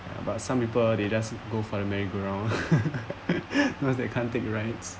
but some people they just go for the merry go round it was that kind of thing right